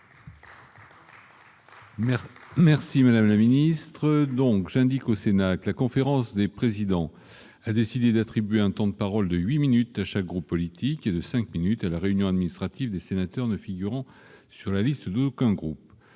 à vos questions. J'indique au Sénat que la conférence des présidents a décidé d'attribuer un temps de parole de huit minutes à chaque groupe politique et de cinq minutes à la réunion administrative des sénateurs ne figurant sur la liste d'aucun groupe.